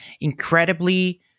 incredibly